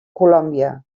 colòmbia